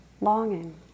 longing